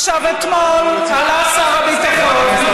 אתמול עלה שר הביטחון,